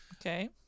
okay